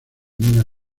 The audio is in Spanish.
nina